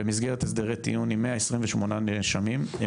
במסגרת הסדרי טיעון עם 128 נאשמים הוא